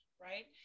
right